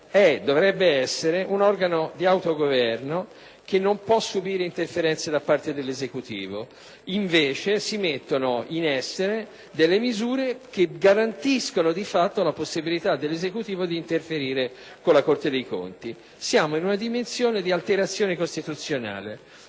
dovrebbe essere un organo di autogoverno, che non può subire interferenze da parte dell'Esecutivo. Invece, si mettono in essere misure che garantiscono di fatto la possibilità per l'Esecutivo di interferire con questo organo giurisdizionale. Siamo in una dimensione di alterazione costituzionale.